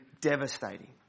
devastating